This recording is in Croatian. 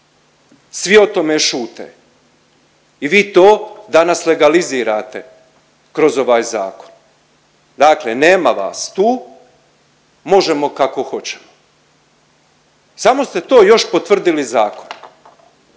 Svi o tome šute i vi to danas legalizirate kroz ovaj zakon. Dakle nema vas tu, možemo kako hoćemo. Samo ste to još potvrdili zakonom.